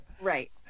right